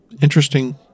Interesting